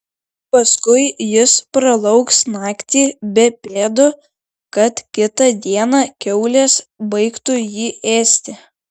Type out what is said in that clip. paskui jis pralauks naktį be pėdų kad kitą dieną kiaulės baigtų jį ėsti